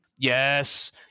Yes